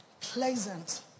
pleasant